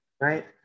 right